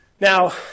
Now